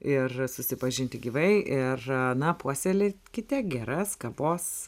ir susipažinti gyvai ir na puoselėkite geras kavos